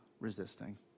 resisting